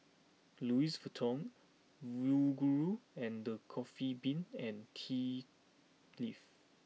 Louis Vuitton Yoguru and the Coffee Bean and Tea Leaf